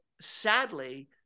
sadly